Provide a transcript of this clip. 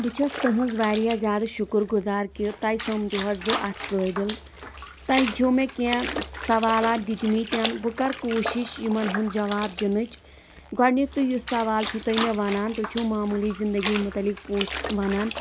بہٕ چھَس تٕہٕنٛز واریاہ زیادٕ شُکُر گُزار کہ تۄہہِ سَمجَوٕس بہٕ اَتھ قٲبِل تۄہہِ چھُو مےٚ کیٚنہہ سوالات دِتمٕتیٚن بہٕ کَرٕ کوٗشِش یِمَن ہُنٛد جواب دِنٕچ گۄڈٕنٮ۪تھٕے یُس سوال چھُو تُہۍ مےٚ وَنان تُہۍ چھُو معموٗلی زندگی مُعلِق پوٗچ وَنان